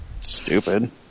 Stupid